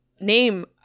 name